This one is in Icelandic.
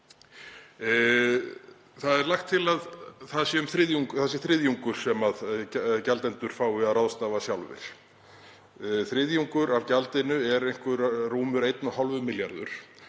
Lagt er til að það sé þriðjungur sem gjaldendur fái að ráðstafa sjálfir. Þriðjungur af gjaldinu eru rúmir 1,5 milljarðar.